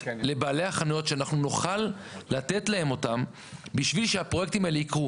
לבעלי החנויות כדי שהפרויקטים האלו יקרו.